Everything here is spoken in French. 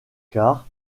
car